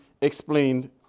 explained